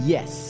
Yes